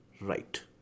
right